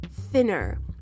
Thinner